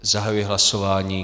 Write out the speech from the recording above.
Zahajuji hlasování.